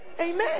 amen